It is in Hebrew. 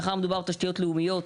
מאחר שמדובר בתשתיות לאומיות